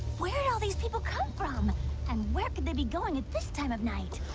where hell these people come from and where could they be going at this time of night?